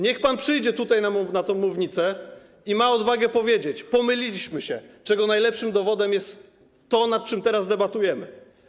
Niech pan przyjdzie tutaj, na mównicę i ma odwagę powiedzieć: pomyliliśmy się, czego najlepszym dowodem jest to, nad czym teraz debatujemy.